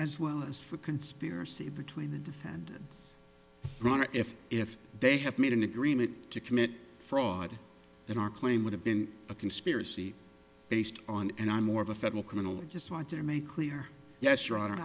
as well as for conspiracy between the defendant runner if if they have made an agreement to commit fraud that our claim would have been a conspiracy based on and i'm more of a federal criminal just want to make clear yes